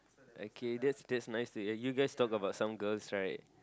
okay that's that's nice to hear you guys talk about some girls right